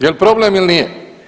Jel problem ili nije?